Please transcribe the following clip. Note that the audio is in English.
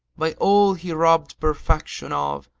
by all he robbed perfection of,